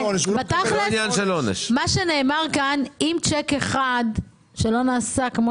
נאמר כאן שאם צ'ק אחד לא נרשם כפי